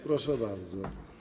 Proszę bardzo.